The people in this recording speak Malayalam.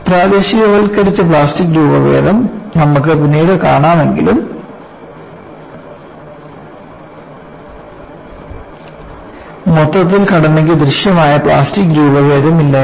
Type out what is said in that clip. പ്രാദേശികവൽക്കരിച്ച പ്ലാസ്റ്റിക് രൂപഭേദം നമുക്ക് പിന്നീട് കാണുമെങ്കിലും മൊത്തത്തിൽ ഘടനയ്ക്ക് ദൃശ്യമായ പ്ലാസ്റ്റിക് രൂപഭേദം ഇല്ലായിരുന്നു